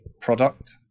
product